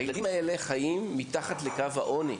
הילדים האלה חיים מתחת לקו העוני,